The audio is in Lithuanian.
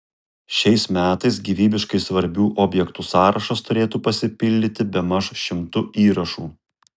šiais metais gyvybiškai svarbių objektų sąrašas turėtų pasipildyti bemaž šimtu įrašų